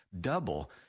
double